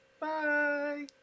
bye